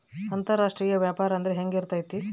ಅಂತರಾಷ್ಟ್ರೇಯ ವ್ಯಾಪಾರ ಅಂದ್ರೆ ಹೆಂಗಿರ್ತೈತಿ?